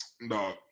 No